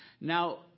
Now